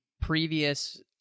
previous